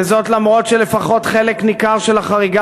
וזאת למרות שלפחות חלק ניכר של החריגה